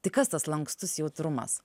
tai kas tas lankstus jautrumas